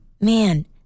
man